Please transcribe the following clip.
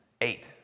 Eight